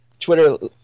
twitter